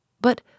But